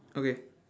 okay